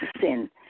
sin